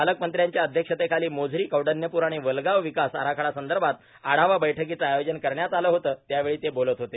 पालकमंत्र्यांच्या अध्यक्षतेखाली मोझरीए कौंडण्यपूर आणि वलगाव विकास आराखडा संदर्भात आढावा बैठकीचे आयोजन करण्यात आले होते त्यावेळी ते बोलत होते